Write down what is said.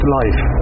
life